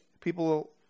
People